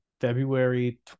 February